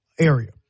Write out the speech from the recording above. area